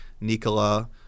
Nikola